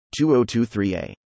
2023a